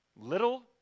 Little